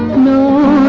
know